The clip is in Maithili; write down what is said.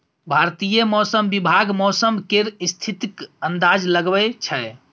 भारतीय मौसम विभाग मौसम केर स्थितिक अंदाज लगबै छै